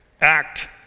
act